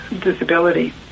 disability